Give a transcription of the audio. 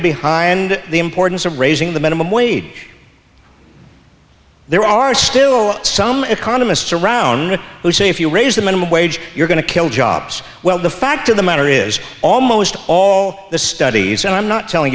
behind the importance of raising the minimum wage there are still some economists around who say if you raise the minimum wage you're going to kill jobs well the fact of the matter is almost all the studies and i'm not telling